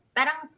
Parang